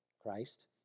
Christ